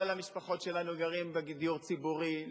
כל המשפחות שלנו גרות בדיור ציבורי.